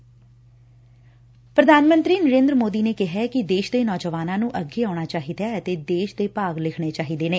ਪੁਧਾਨ ਮੰਤਰੀ ਨਰੇਂਦਰ ਸੋਦੀ ਨੇ ਕਿਹੈ ਕਿ ਦੇਸ਼ ਦੇ ਨੌਜਵਾਨਾਂ ਨੰ ਅੱਗੇ ਆਉਣਾ ਚਾਹੀਦੈ ਅਤੇ ਦੇਸ਼ ਦੇ ਭਾਗ ਲਿਖਣੇ ਚਾਹੀਦੇ ਨੇ